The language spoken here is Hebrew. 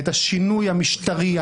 את השינוי המשטרי,